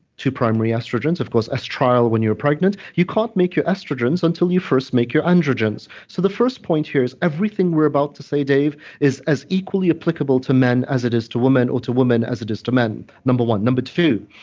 two primary estrogens of course, estriol when you're pregnant, you can't make your estrogens until you first make your androgens so, the first point here is everything we're about to say, dave, is as equally applicable to men as it is to women, or to women as it is to men. number one. number two,